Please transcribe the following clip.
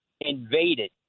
invaded